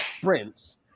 sprints